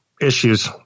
issues